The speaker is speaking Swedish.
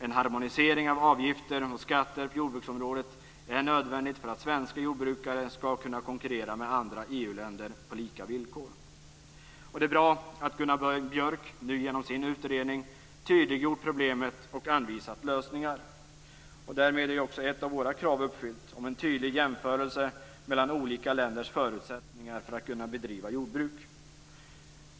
En harmonisering av avgifter och skatter på jordbruksområdet är nödvändig för att svenska jordbrukare skall kunna konkurrera med andra EU-länder på lika villkor. Det är bra att Gunnar Björk nu genom sin utredning tydliggjort problemet och anvisat lösningar. Därmed är också ett av våra krav uppfyllt, dvs. kravet på en tydlig jämförelse mellan olika länders förutsättningar för att bedriva jordbruk.